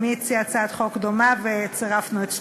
גם היא הציעה הצעת חוק דומה, וצירפנו את שתיהן.